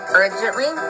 urgently